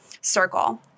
circle